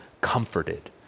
comforted